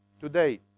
today